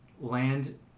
land